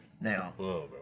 now